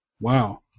Wow